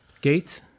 Gates